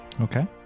Okay